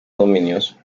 dominios